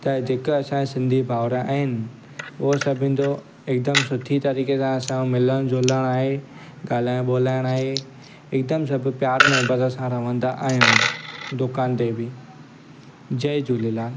त जेका असांजा सिंधी भाउर आहिनि उहो सभु ईंदो हिकदमि सुठी तरीक़े सां असांजो मिलणु झूलणु आहे ॻाल्हाइणु ॿोलाइणु आहे हिकदमि सभु प्यारु मुहबत सां रहंदा आहियूं दुकान ते बि जय झूलेलाल